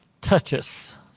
touches